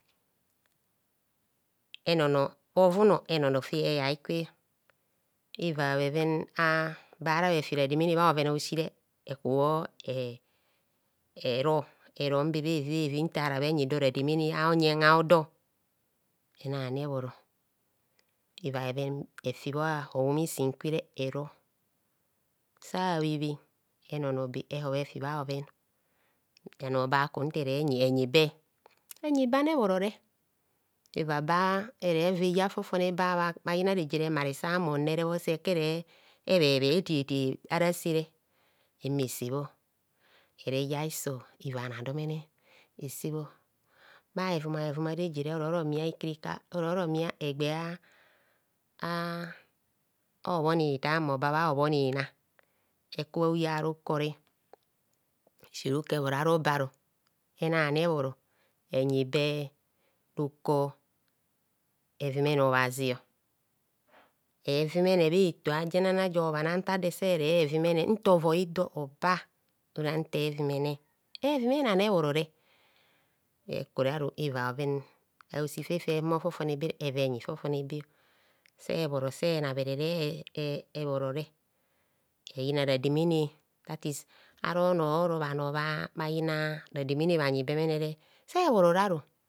Enono bhovune enono fe eyai kwe eva bheven a bara bhefi rademene bha bhoven a'osire ekubho e ero eron be bhevibhevi ntara bhe nyi dor rademene a'onyen odor enani ebhoro eva bheven evi bha howum isin kwere ero sabhe bhen enono be ehop efi bha bhoven bhano baku nta erenyi enyibe enyi be ani abhorore eva ba fofone babha yina reje remare sa mumne se kere bhe bhe etietie ara sere ehumo esebho ere ya hiso evana domene esebho bha hevuma hevum are jere ororo mia ikarika ororo mia egbea a obhonitar mmo ba bha obhonina eku bha uya aru kore esi rukor ebhoro arobe aru enani ebhoro enyi be rukor evumene obhazio evumene bha eto ajenana je bhana nta dor eserevumene nta ovoi dor eba ora nta evumene evumene ani ebhorore ekure aru eva bhoven a'osi fé fẹ humo fofone be eva enyi fofone be se bhoro senabhere ee ebhorore ede yina rademene datis aro nor oro bhano bhayina rademene bhanyi bemenere sebhoro raru.